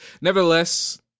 Nevertheless